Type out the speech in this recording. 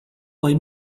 poi